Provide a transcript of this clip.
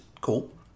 cool